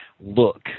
look